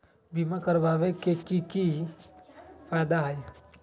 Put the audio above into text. बीमा करबाबे के कि कि फायदा हई?